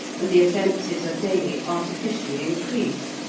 and the offences are daily artificially increased,